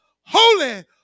holy